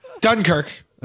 Dunkirk